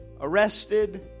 Arrested